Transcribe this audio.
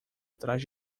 atrás